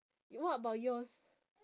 what about yours